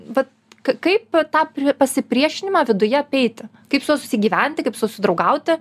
vat k kaip tą pasipriešinimą viduje apeiti kaip su juo susigyventi kaip susidraugauti